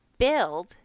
build